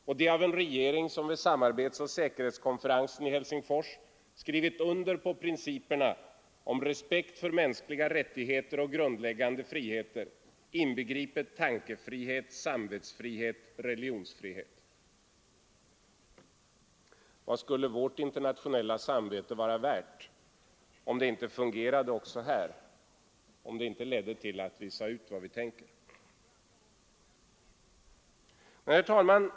Detta av en regering som vid samarbetsoch säkerhetskonferensen i Helsingfors skrivit under principerna om ”respekt för mänskliga rättigheter och grundläggande friheter, inbegripet tankefrihet, samvetsfrihet, religionsfrihet”. Vad skulle vårt internationella samvete vara värt om det inte fungerade också här, om det inte ledde till att vi sade ut vad vi tänker?